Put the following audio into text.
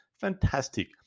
Fantastic